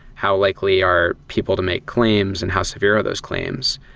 how likely are people to make claims and how severe are those claims?